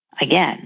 Again